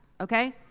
okay